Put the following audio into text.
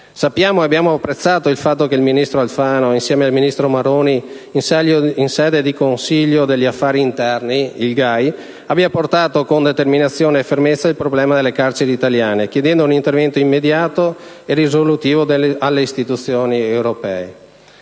Sappiamo e abbiamo apprezzato il fatto che il ministro Alfano, insieme al ministro Maroni, in sede di Consiglio affari interni, abbia portato con determinazione e fermezza il problema delle carceri italiane, chiedendo un intervento immediato e risoluto delle istituzioni europee.